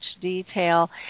detail